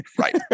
Right